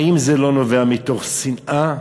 האם זה לא נובע מתוך שנאה